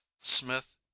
Smith